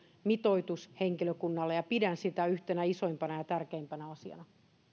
mitoitus henkilökunnalle ja pidän sitä yhtenä isoimpana ja tärkeimpänä asiana